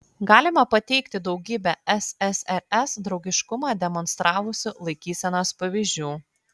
galima pateikti daugybę ssrs draugiškumą demonstravusių laikysenos pavyzdžių